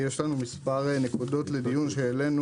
יש לנו מספר נקודות שעלינו לדיון.